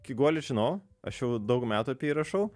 kiguolį žinau aš jau daug metų apie jį rašau